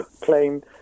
claim